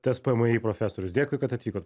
tspmi profesorius dėkui kad atvykot